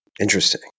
Interesting